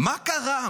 מה קרה?